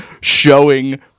showing